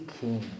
king